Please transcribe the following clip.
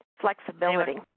Flexibility